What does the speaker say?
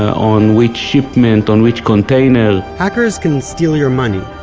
on which shipment, on which container hackers can steal your money,